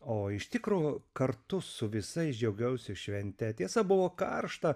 o iš tikro kartu su visais džiaugiausi švente tiesa buvo karšta